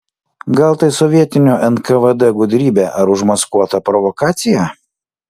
gal tai sovietinio nkvd gudrybė ar užmaskuota provokacija